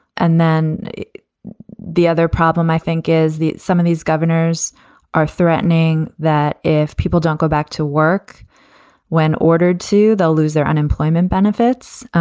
and then the other problem, i think, is that some of these governors are threatening that if people don't go back to work when ordered to, they'll lose their unemployment benefits.